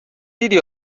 دیدی